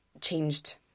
changed